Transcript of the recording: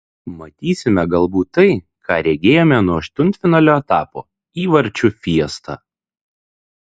matysime galbūt tai ką regėjome nuo aštuntfinalio etapo įvarčių fiestą